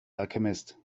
alchemist